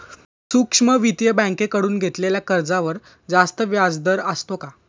सूक्ष्म वित्तीय बँकेकडून घेतलेल्या कर्जावर जास्त व्याजदर असतो का?